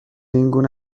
اینگونه